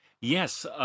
Yes